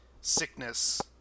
sickness